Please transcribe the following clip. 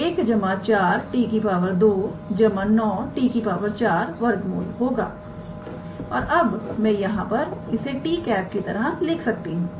√1 4𝑡 2 9𝑡 4होगा और अब मैं यहां पर इसे 𝑡̂ की तरह लिख सकता हूं